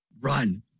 Run